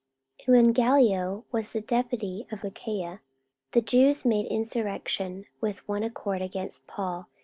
when gallio was the deputy of achaia, the jews made insurrection with one accord against paul,